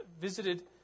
visited